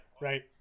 Right